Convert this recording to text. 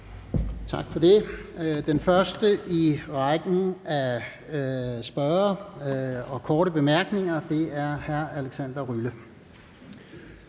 Tak for det. Den første i rækken af spørgere med korte bemærkninger er hr. Alexander Ryle.